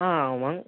ஆ ஆ ஆமாங்க